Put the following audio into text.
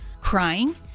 crying